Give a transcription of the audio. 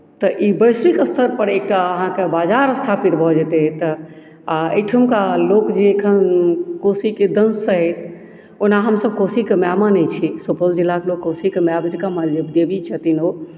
तऽ ई वैश्विक स्तरपर एकटा अहाँके बाजार स्थापित भऽ जेतै एतय आओर एहिठुमका लोक जे एखन कोशीके दंशसँ ऐ ओना हमसभ कोशीके माय मानैत छी सुपौल जिलाके लोक कोशीके माय जकाँ देवी छथिन ओ